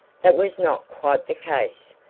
that was not quite the case.